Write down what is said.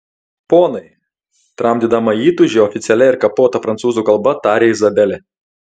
ponai tramdydama įtūžį oficialia ir kapota prancūzų kalba tarė izabelė